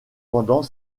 pendant